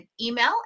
email